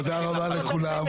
תודה רבה לכולם.